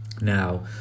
Now